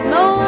no